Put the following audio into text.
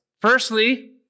Firstly